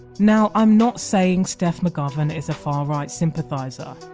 now, i'm not saying steph mcgovern is a far right sympathiser.